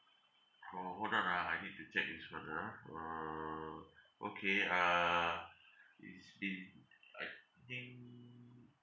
from hold on ah I need to check this [one] ah uh okay uh it's been I think